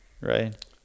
right